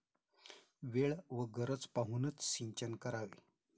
वेळ व गरज पाहूनच सिंचन करावे